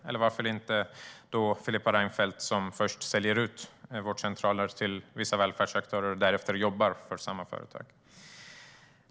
Eller varför inte ta Filippa Reinfeldt som först sålde ut vårdcentraler till vissa välfärdsaktörer för att därefter jobba för samma företag?